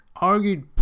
argued